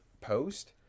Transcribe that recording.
post